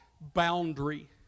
boundary